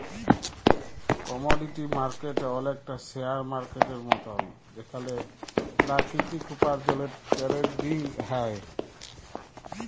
commodity market অলেকটা share মার্কেটের মতল যেখালে পেরাকিতিক উপার্জলের টেরেডিং হ্যয়